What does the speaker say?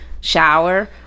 shower